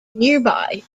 nearby